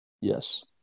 Yes